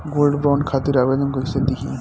Gold bond खातिर आवेदन कैसे दिही?